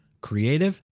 creative